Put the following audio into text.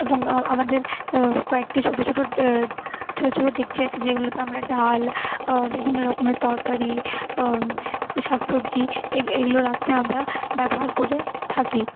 এবং আমাদের কয়েকটি ছোটো ছোটো ছোটো ছোটো ডেচকি আছে যেগুলোতে আমরা ডাল বিভিন্ন রকমের তরকারি শাকসবজি এগুলো রাখতে আমরা ব্যবহার করে থাকি